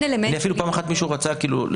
אפילו פעם אחת מישהו רצה להציע לי